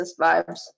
vibes